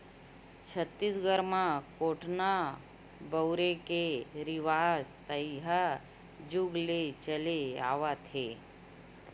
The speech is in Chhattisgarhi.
छत्तीसगढ़ म कोटना बउरे के रिवाज तइहा जुग ले चले आवत हे